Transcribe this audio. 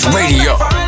Radio